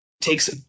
takes